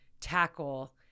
tackle